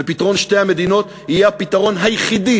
ופתרון שתי המדינות יהיה הפתרון היחידי